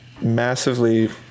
massively